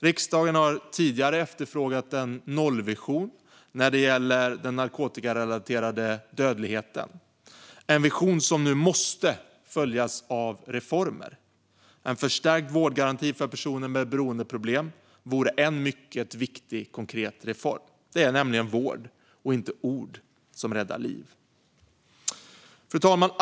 Riksdagen har tidigare efterfrågat en nollvision när det gäller den narkotikarelaterade dödligheten, en vision som nu måste följas av reformer. En förstärkt vårdgaranti för personer med beroendeproblem vore en mycket viktig konkret reform. Det är nämligen vård och inte ord som räddar liv. Fru talman!